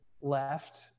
left